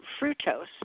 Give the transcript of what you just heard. fructose